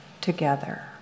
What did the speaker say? together